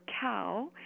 cow